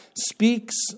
speaks